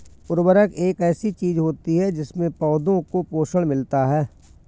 उर्वरक एक ऐसी चीज होती है जिससे पौधों को पोषण मिलता है